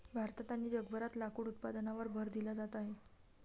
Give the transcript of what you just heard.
भारतात आणि जगभरात लाकूड उत्पादनावर भर दिला जात आहे